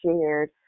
shared